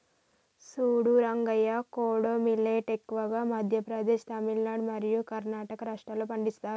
సూడు రంగయ్య కోడో మిల్లేట్ ఎక్కువగా మధ్య ప్రదేశ్, తమిలనాడు మరియు కర్ణాటక రాష్ట్రాల్లో పండిస్తారు